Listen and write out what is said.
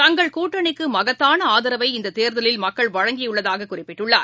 தங்கள் கூட்டணிக்கு மகத்தான ஆதரவை இந்த தேர்தலில் வழங்கியுள்ளதாக குறிப்பிட்டுள்ளார்